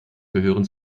gehören